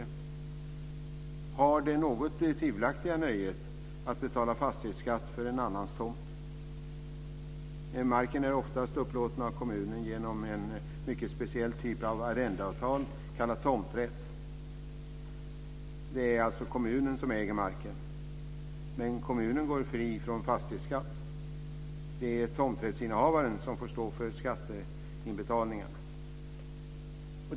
De har det något tvivelaktiga nöjet att betala fastighetsskatt för en annans tomt. Marken är oftast upplåten av kommunen genom en mycket speciell typ av arrendeavtal kallad tomträtt. Det är kommunen som äger marken. Men kommunen går fri från fastighetsskatt. Det är tomträttsinnehavaren som får stå för skatteinbetalningarna.